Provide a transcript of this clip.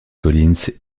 collins